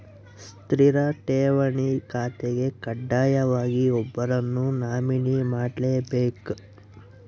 ಸ್ಥಿರ ಠೇವಣಿ ಖಾತೆಗೆ ಕಡ್ಡಾಯವಾಗಿ ಒಬ್ಬರನ್ನು ನಾಮಿನಿ ಮಾಡ್ಲೆಬೇಕ್